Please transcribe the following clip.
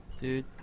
Dude